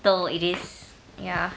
though it is ya